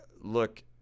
look